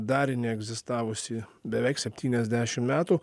darinį egzistavusį beveik septyniasdešim metų